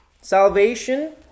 salvation